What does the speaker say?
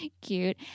cute